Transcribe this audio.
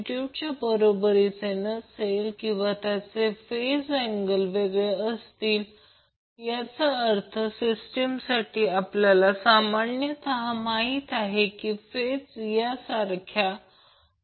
तर load balanced किंवा unbalanced असू शकतो आणि ही बाजू आहे जर प्रयोगशाळेत या बाजू पहा